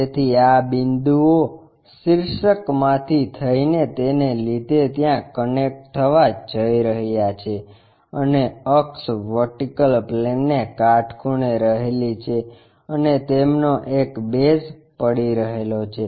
તેથી આ બધા બિંદુઓ શિર્ષક માંથી થઇને તેને લીધે ત્યાં કનેક્ટ થવા જઇ રહ્યા છે અને અક્ષ વર્ટિકલ પ્લેનને કાટખૂણે રહેલી છે અને તેમનો ઍક બેઝ પડી રહેલો છે